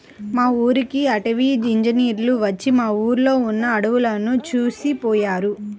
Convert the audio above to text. మా ఊరికి అటవీ ఇంజినీర్లు వచ్చి మా ఊర్లో ఉన్న అడువులను చూసిపొయ్యారు